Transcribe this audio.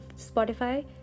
Spotify